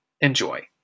Enjoy